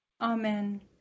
Amen